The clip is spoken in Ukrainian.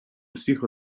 усіх